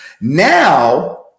Now